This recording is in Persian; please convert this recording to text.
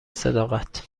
صداقت